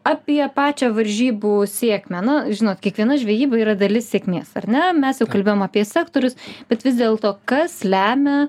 apie pačią varžybų sėkmę nu žinot kiekviena žvejyba yra dalis sėkmės ar ne mes jau kalbėjom apie sektorius bet vis dėlto kas lemia